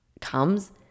comes